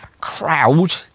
crowd